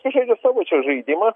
žaidžia savo čia žaidimą